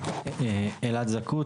אני אלעד זכות,